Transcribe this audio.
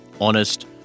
honest